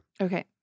Okay